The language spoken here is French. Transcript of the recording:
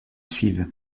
suivent